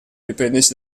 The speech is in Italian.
riprendersi